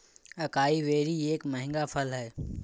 acai berry एक महंगा फल है